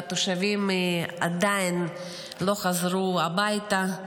והתושבים עדיין לא חזרו הביתה.